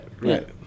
right